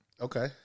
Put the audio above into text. Okay